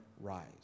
rise